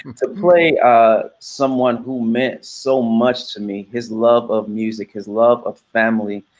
to play ah someone who meant so much to me, his love of music, his love of family.